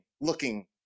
looking